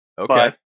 Okay